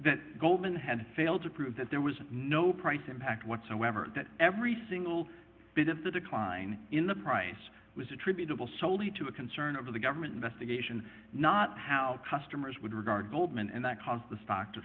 it had goldman had failed to prove that there was no price impact whatsoever that every single bit of the decline in the price was attributable soley to a concern of the government investigation not how customers would regard goldman and that caused the stock to